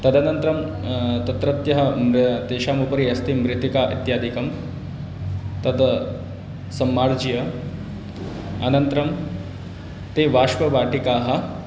तदनन्तरं तत्रत्यः तेषामुपरि अस्ति मृत्तिका इत्यादिकं तद् सम्मार्ज्य अनन्तरं ताः बाष्पवाटिकाः